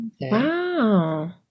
wow